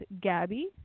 Gabby